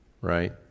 right